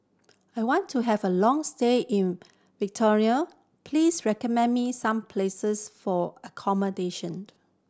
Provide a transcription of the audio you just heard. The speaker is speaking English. I want to have a long stay in please recommend me some places for accommodation